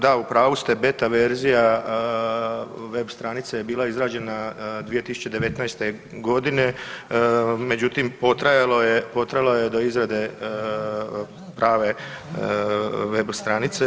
Da, u pravu ste beta verzija web stranice je bila izrađena 2019.g., međutim potrajalo je do izrade prave web stranice.